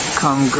come